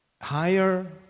higher